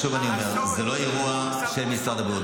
שוב אני אומר: זה לא אירוע של משרד הבריאות.